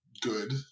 good